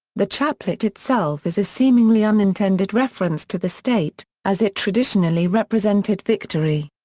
the chaplet itself is a seemingly unintended reference to the state, as it traditionally represented victory.